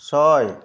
ছয়